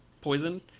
poison